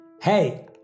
Hey